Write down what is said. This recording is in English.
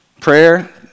prayer